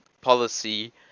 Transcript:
policy